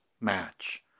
match